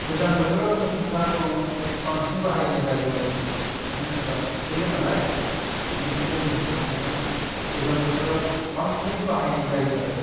गोजां बोथोराव जों जुथाखौ बांसिन बाहायनाय जायो आरो मानो होनोबा सुखुयो नालाइ बिनिखायनो जों जुथाखौहाइ गोजां बोथोराव बांसिनै बाहायनाय जायो आरो